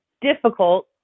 difficult